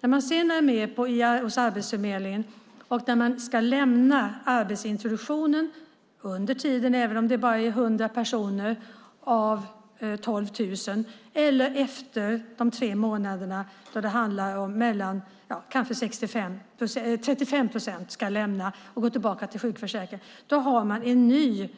När man sedan är med hos Arbetsförmedlingen och när man under den tiden ska lämna arbetsintroduktionen - detta även om det bara är 100 personer av 12 000 personer - eller efter de tre månaderna då kanske 35 procent ska gå tillbaka till sjukförsäkringen blir det ett nytt